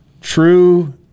true